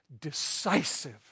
decisive